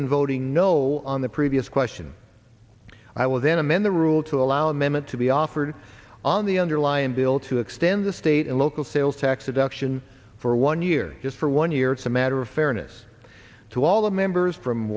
in voting no on the previous question i will then amend the rule to allow amendment to be offered on the underlying bill to extend the state and local sales tax deduction for one year just for one year it's a matter of fairness to all the members from